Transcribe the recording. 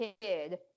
kid